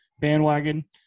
bandwagon